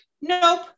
nope